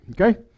Okay